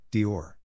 Dior